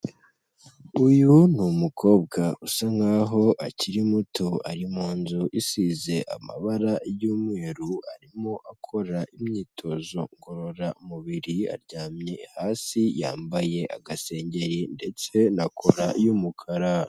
Uyu ni umukobwa usa nkaho akiri muto ari mu nzu isize amabara y'umweru arimo akora imyitozo ngororamubiri aryamye hasi yambaye agasengengeri ndetse na kora y'umukara.